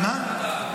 למה?